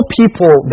people